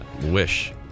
Wish